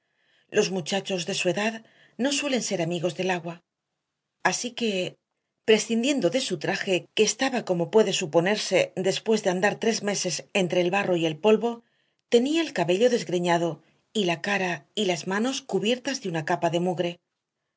los muchachos de su edad no suelen ser amigos del agua así que prescindiendo de su traje que estaba como puede suponerse después de andar tres meses entre el barro y el polvo tenía el cabello desgreñado y la cara y las manos cubiertas de una capa de mugre